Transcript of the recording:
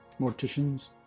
morticians